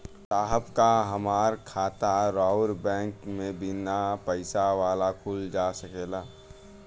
साहब का हमार खाता राऊर बैंक में बीना पैसा वाला खुल जा सकेला?